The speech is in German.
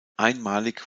einmalig